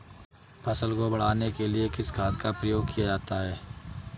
फसल को बढ़ाने के लिए किस खाद का प्रयोग किया जाता है?